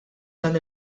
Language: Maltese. dan